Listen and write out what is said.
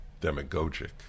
demagogic